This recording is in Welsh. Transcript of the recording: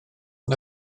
yna